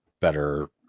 better